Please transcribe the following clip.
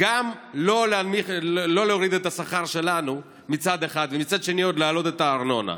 לא להוריד את השכר שלנו מצד אחד ומצד שני עוד להעלות את הארנונה.